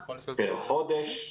פר חודש,